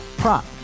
Prop